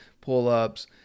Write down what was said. pull-ups